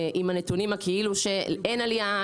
עם הנתונים הכאילו שאין עלייה,